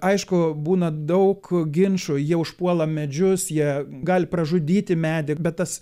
aišku būna daug ginčų jie užpuola medžius jie gali pražudyti medį bet tas